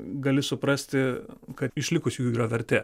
gali suprasti kad išlikusiųjų yra vertė